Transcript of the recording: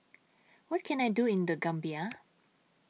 What Can I Do in The Gambia